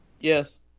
Yes